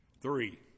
three